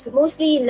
mostly